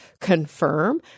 confirm